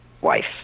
wife